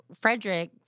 Frederick